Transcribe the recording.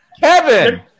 Kevin